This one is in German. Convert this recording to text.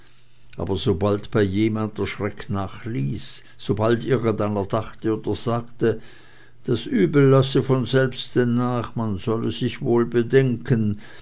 aber sobald bei jemand der schreck nachließ sobald irgendeiner dachte oder sagte das übel lasse von selbsten nach und man sollte sich wohl bedenken